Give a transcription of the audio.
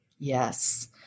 Yes